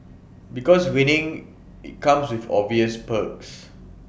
because winning IT comes with obvious perks